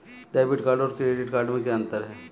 Debit card और credit card में क्या अंतर है?